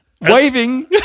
waving